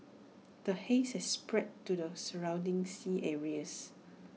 the haze has spread to the surrounding sea areas